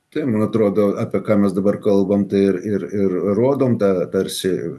tai man atrodo apie ką mes dabar kalbam tai ir ir ir rodom tą tarsi